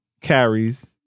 carries